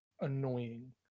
annoying